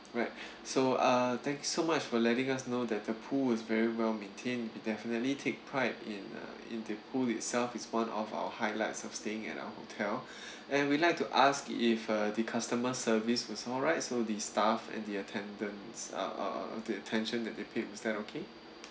right so uh thank you so much for letting us know that the pool was very well maintained we definitely take pride in uh in the pool itself it's one of our highlights of staying at our hotel and we'd like to ask if uh the customer service was alright so the staff and the attendants uh uh uh the attention that they paid was that okay